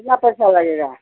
कितना पैसा लगेगा